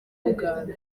uganda